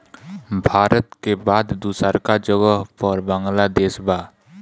भारत के बाद दूसरका जगह पर बांग्लादेश बा